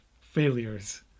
failures